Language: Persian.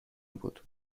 بود